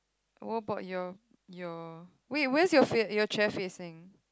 what about your your wait where's your fa~ your chair facing